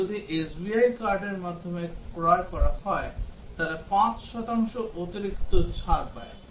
আর যদিএসবিআই কার্ডের মাধ্যমে ক্রয় করা হয় তাহলে ৫ শতাংশ অতিরিক্ত ছাড় পায়